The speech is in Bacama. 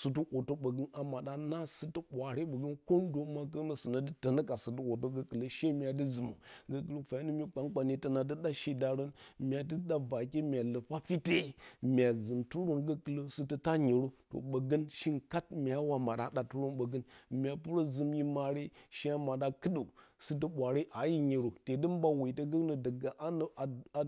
sɨtɨ orto ɓogə a mada nna situ ɓwaare voundəma gongnə jinə dɨ donə ka sidɨ ordo gokɨlə she mua di zɨ mə gokɨlə fyanony myi kpankpanye tona dɨ ɗa she darə mya dɨ daa vake mya lufa fite mya zɨmdɨrə gokɨlə sɨtə ta nyero ɓo ɓogan shiung kat mya wa moda datɨrə ɓogə mya purə zɨm hye mare she a maɗa kɨɗə sɨtɨ bwaare anə nyerə te dɨ mba weto goungnə daga hanə a